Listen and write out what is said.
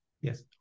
Yes